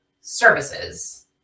services